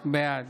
בעד